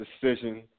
decision